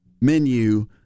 menu